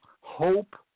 hope